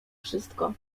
wszystko